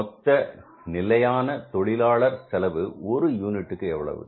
மொத்த நிலையான தொழிலாளர் செலவு ஒரு யூனிட்டுக்கு எவ்வளவு